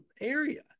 area